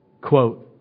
Quote